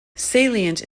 salient